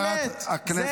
זו האמת.